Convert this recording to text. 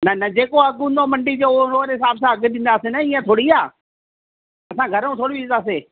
न न जेको अघि हूंदो मंडी जो ओहिड़े हिसाब सां अघि ॾींदासी न ईंअ थोरी आहे असां घरों थोरी ॾींदासीं